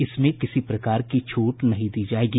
इसमें किसी प्रकार की छूट नहीं दी जायेगी